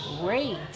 great